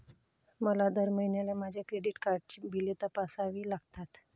मला दर महिन्याला माझ्या क्रेडिट कार्डची बिले तपासावी लागतात